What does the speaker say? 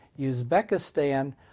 Uzbekistan